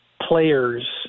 players